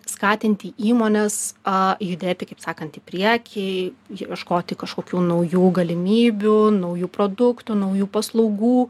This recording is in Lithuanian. skatinti įmones a judėti kaip sakant į priekį ieškoti kažkokių naujų galimybių naujų produktų naujų paslaugų